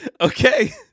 Okay